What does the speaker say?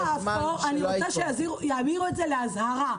האפור אני רוצה שימירו את זה לאזהרה.